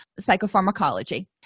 psychopharmacology